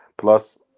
plus